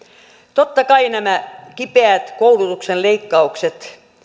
totta kai nämä kipeät koulutuksen leikkaukset